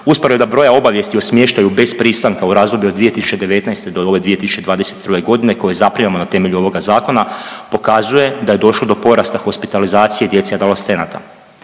usporedba broja obavijesti o smještaju bez pristanka u razdoblju od 2019. do ove 2022.g. koje zaprimamo na temelju ovoga zakona pokazuje da je došlo do porasta hospitalizacije djece i adolescenata.